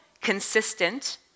consistent